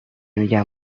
میگن